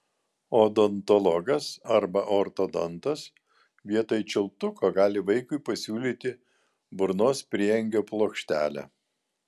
odontologas arba ortodontas vietoj čiulptuko gali vaikui pasiūlyti burnos prieangio plokštelę